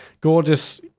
gorgeous